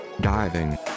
diving